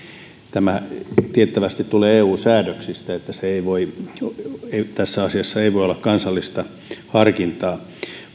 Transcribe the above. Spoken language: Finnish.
tämä tiettävästi tulee eu säädöksistä niin että tässä asiassa ei voi olla kansallista harkintaa